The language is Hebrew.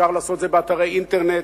אפשר לעשות את זה באתרי אינטרנט,